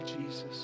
Jesus